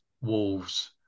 Wolves